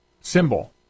symbol